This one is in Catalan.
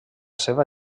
seva